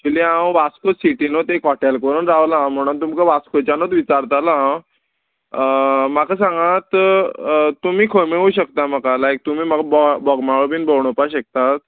actually हांव वास्को सिटीनूत एक हॉटेल करून रावला म्हणून तुमकां वास्कोच्यानूत विचारतालो हांव म्हाका सांगात तुमी खंय मेळूं शकता म्हाका लायक तुमी म्हाका बोग बोगमाळो बीन भोंवणोवपा शकतात